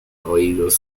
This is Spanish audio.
oídos